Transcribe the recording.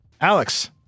Alex